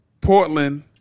Portland